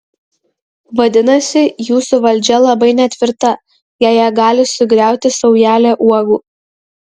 vadinasi jūsų valdžia labai netvirta jei ją gali sugriauti saujelė uogų